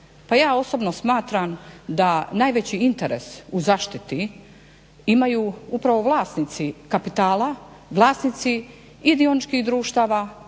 Pa ja osobno smatram da najveći interes u zaštiti imaju upravo vlasnici kapitala, vlasnici i dioničkih društava